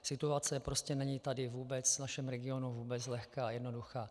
Situace prostě není tady v našem regionu vůbec lehká a jednoduchá.